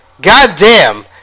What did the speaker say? goddamn